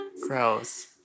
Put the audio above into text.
Gross